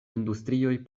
industrioj